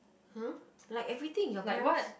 !huh! like everything your parents